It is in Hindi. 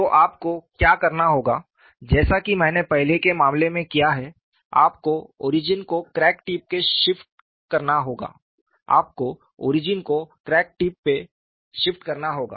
तो आपको क्या करना होगा जैसा कि हमने पहले के मामलों में किया है आपको ओरिजिन को क्रैक टिप में शिफ्ट करना होगा